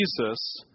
Jesus